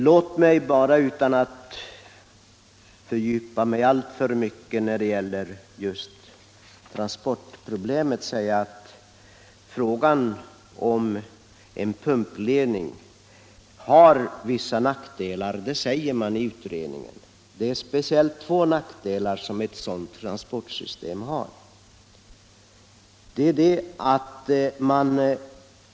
Låt mig bara utan att fördjupa mig alltför mycket i transportproblemet säga att frågan om en pumpledning har vissa nackdelar — det säger man i utredningen. Det är speciellt två nackdelar som ett sådant transportsystem har.